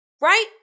right